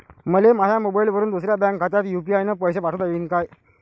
मले माह्या मोबाईलवरून दुसऱ्या बँक खात्यात यू.पी.आय न पैसे पाठोता येईन काय?